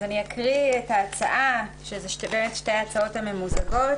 אקריא את ההצעה, שתי ההצעות הממוזגות.